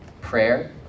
Prayer